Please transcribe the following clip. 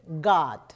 God